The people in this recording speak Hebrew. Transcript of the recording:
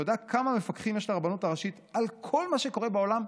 אתה יודע כמה מפקחים יש לרבנות הראשית על כל מה שקורה בעולם?